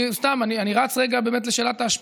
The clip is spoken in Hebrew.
סתם, אני רץ רגע לשאלת האשפה: